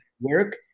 work